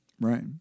Right